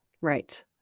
Right